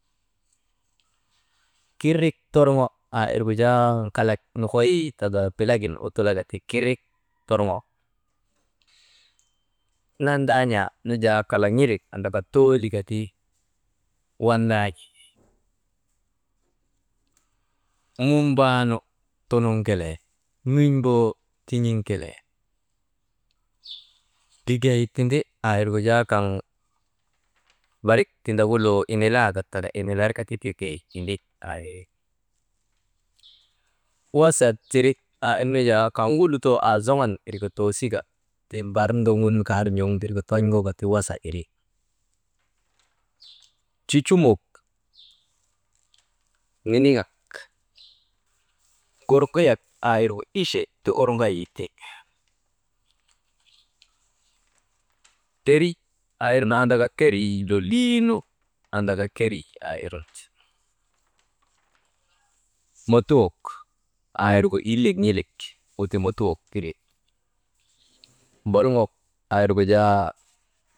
Kirik torŋo aa irgu jaa kalak nokoy taka bilagin uttulaka kirik torŋoo nandaan̰aa nu jaa kalak andaka toolika ti wandaan̰i munbaanu tunuŋ kelee mun̰boo tin̰iŋ kelee, likey tindi aa irgu jaa kaŋ barik tindagu loo inilaandak taka inilar ka ta likey tindi aa iri, wasa tiri aa irnu jaa kaŋgu lutoo azoŋan wir ka toosika ti bar ndogun kar n̰ogu wirka ton̰goka ti, wasa iri, cucumok, niniŋak gorŋiyak aa irgu ichi ti orŋay ti, teri aa irnu an kerii lolii nu andaka kerii aa irnu ti, motuwok aa irgu hillek n̰ilik gu ti motuwok iri, bolŋok aa irgu jaa.